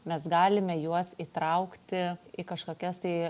mes galime juos įtraukti į kažkokias tai